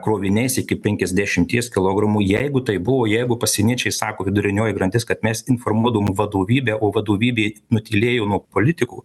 kroviniais iki penkiasdešimties kilogramų jeigu taip buvo jeigu pasieniečiai sako vidurinioji grandis kad mes informuodavom vadovybę o vadovybė nutylėjo nuo politikų